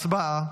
הצבעה.